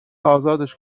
ازادش